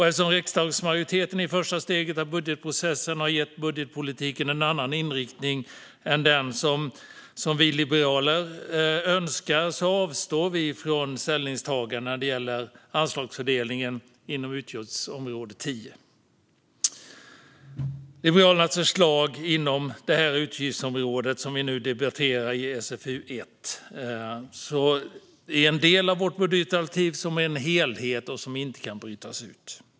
Eftersom riksdagsmajoriteten i det första steget av budgetprocessen har gett budgetpolitiken en annan inriktning än den vi liberaler önskar avstår vi från ställningstagande när det gäller anslagsfördelningen inom utgiftsområde 10. Liberalernas förslag inom det utgiftsområde som vi nu debatterar i SfU1 är en del av vårt budgetalternativ, som är en helhet. Det kan därför inte brytas ut.